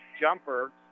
Jumper